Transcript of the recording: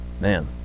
Man